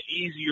easier